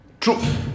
truth